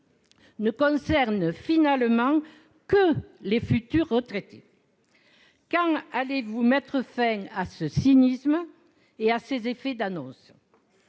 ne concerne finalement que les futurs retraités. Quand allez-vous mettre fin à ce cynisme et à ces effets d'annonce ?